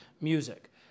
music